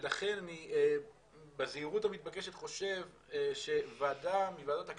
לכן בזהירות המתבקשת אני חושב שוועדה מוועדות הכנסת,